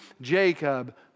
Jacob